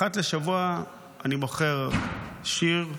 אחת לשבוע אני בוחר שיר,